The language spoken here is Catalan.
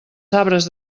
sabres